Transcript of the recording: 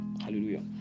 hallelujah